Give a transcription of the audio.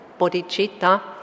bodhicitta